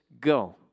go